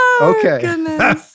Okay